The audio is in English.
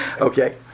Okay